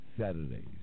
Saturdays